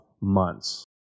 months